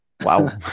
Wow